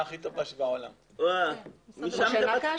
משה נקש.